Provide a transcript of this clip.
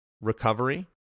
recovery